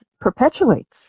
perpetuates